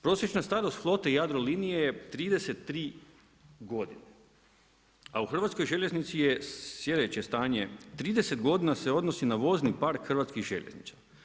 Prosječna starost flote Jadrolinije je 33 godine, a u Hrvatskoj željeznici je sljedeće stanje 30 godina se odnosi na vozni park Hrvatskih željeznica.